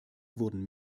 wurden